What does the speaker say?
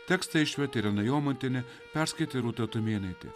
tekstą išvertė irena jomantienė perskaitė rūta tumėnaitė